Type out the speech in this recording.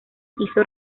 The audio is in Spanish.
hizo